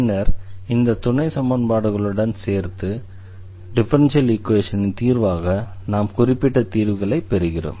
பின்னர் இந்த துணை சமன்பாடுகளுடன் சேர்த்த டிஃபரன்ஷியல் ஈக்வேஷனின் தீர்வாக நாம் குறிப்பிட்ட தீர்வுகளைப் பெறுகிறோம்